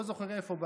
לא זוכר איפה,